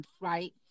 right